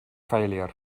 failure